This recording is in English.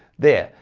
there,